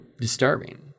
disturbing